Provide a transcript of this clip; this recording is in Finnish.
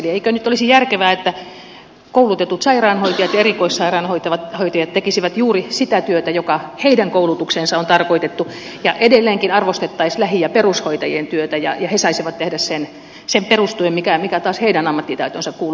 eikö nyt olisi järkevää että koulutetut sairaanhoitajat ja erikoissairaanhoitajat tekisivät juuri sitä työtä johon heidän koulutuksensa on tarkoitettu ja edelleenkin arvostettaisiin lähi ja perushoitajien työtä ja he saisivat tehdä sen perustyön joka taas heidän ammattitaitoonsa kuuluu